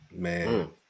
Man